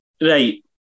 Right